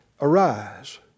Arise